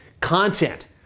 content